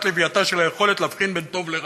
לווייתה של היכולת להבחין בין טוב לרע.